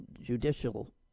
judicial